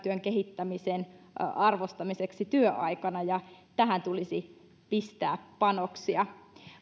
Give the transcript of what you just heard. työn kehittämisen arvostamiseksi työaikana ja tähän tulisi pistää panoksia